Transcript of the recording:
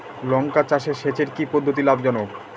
লঙ্কা চাষে সেচের কি পদ্ধতি লাভ জনক?